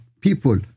people